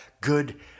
good